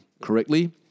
correctly